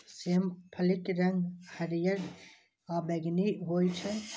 सेम फलीक रंग हरियर आ बैंगनी होइ छै